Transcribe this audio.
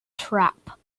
trap